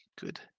Good